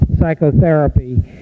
psychotherapy